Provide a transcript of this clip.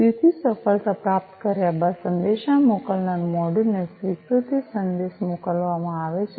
તેથી સફળતાથી પ્રાપ્ત કર્યા બાદ સંદેશ મોકલનાર મોડ્યુલ ને સ્વીકૃતિ સંદેશ મોકલવામાં આવે છે